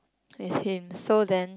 we seen so then